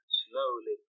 slowly